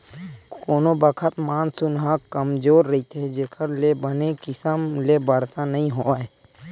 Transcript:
कोनो बखत मानसून ह कमजोर रहिथे जेखर ले बने किसम ले बरसा नइ होवय